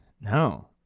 No